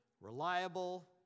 reliable